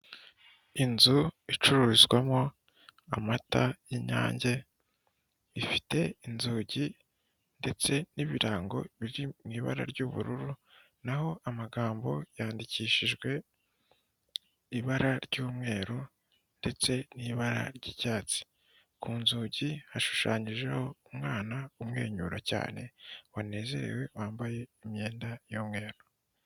Inzu icururizwamo amata y'inyange, ifite inzugi ndetse n'ibirango biri mu ibara ry'ubururu naho amagambo yandikishijwe ibara ry'umweru ndetse n'ibara ry'icyatsi, ku nzugi hashushanyijeho umwana umwenyura cyane wanezerewe wambaye imyenda y'umweru.